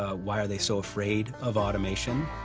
ah why are they so afraid of automation?